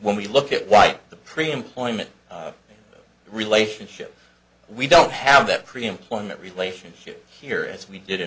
when we look at white the pre employment relationship we don't have that pre employment relationship here as we did in